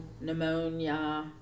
pneumonia